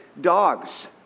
Dogs